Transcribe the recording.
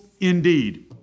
indeed